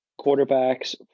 quarterbacks